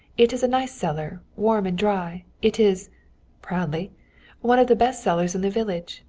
it is a nice cellar, warm and dry. it is proudly one of the best cellars in the village.